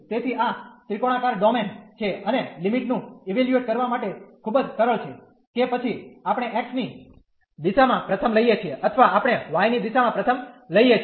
તેથી આ ત્રિકોણાકાર ડોમેન છે અને લિમિટ નું ઇવેલ્યુએટ કરવા માટે ખૂબ જ સરળ છે કે પછી આપણે x ની દિશામાં પ્રથમ લઈએ છીએ અથવા આપણે y ની દિશામાં પ્રથમ લઈએ છીએ